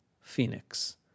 Phoenix